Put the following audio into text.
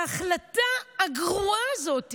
ההחלטה הגרועה הזאת